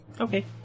Okay